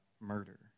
murder